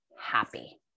happy